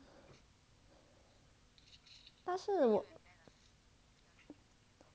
但是我